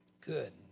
Good